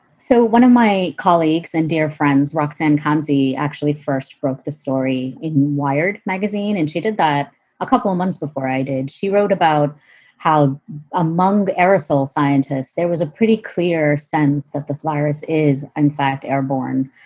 so one of my colleagues and dear friends, roxanne kansi, actually first broke the story in wired magazine, and she did that a couple of months before i did. she wrote about how among the aerosol scientists there was a pretty clear sense that this virus is, in fact, airborne,